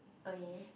oh yeah